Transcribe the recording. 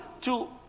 two